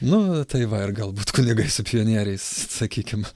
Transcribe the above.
nu tai va ir galbūt kunigai su pionieriais sakykim